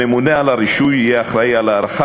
הממונה על הרישוי יהיה אחראי להארכה